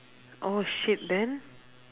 oh shit then